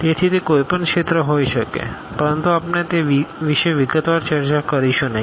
તેથી તે કોઈપણ ક્ષેત્ર હોઈ શકે છે પરંતુ આપણે તે વિશે વિગતવાર ચર્ચા કરીશું નહીં